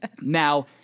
Now